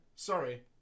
Sorry